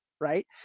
right